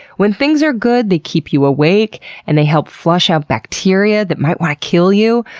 when things are good, they keep you awake and they help flush out bacteria that might want to kill you.